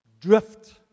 drift